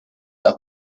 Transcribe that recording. der